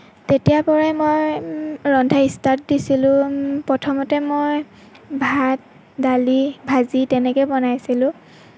তেতিয়াৰ পৰাই মই ৰন্ধা ষ্টাৰ্ট দিছিলোঁ প্ৰথমতে মই ভাত দালি ভাজি তেনেকৈ বনাইছিলোঁ